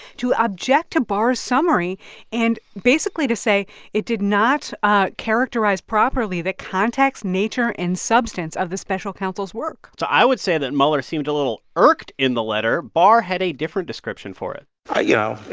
to object to barr's summary and basically to say it did not ah characterize properly the context, nature and substance of the special counsel's work so i would say that mueller seemed a little irked in the letter. barr had a different description for it you yeah